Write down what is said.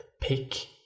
pick